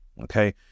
Okay